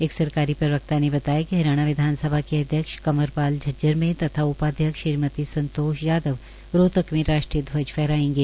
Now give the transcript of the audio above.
एक सरकारी प्रवक्ता ने बताया कि हरियाणा विधानसभा के अध्यक्ष श्री कंवर पाल झज्जर में तथा उपाध्यक्ष श्रीमती संतोष यादव रोहतक में राष्ट्रीय ध्वज फहरायेंगे